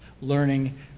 learning